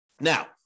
Now